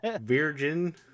virgin